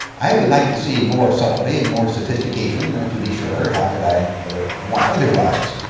i would like to see more subtlety and more sophistication ah to be sure how could i want otherwise?